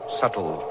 subtle